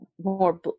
more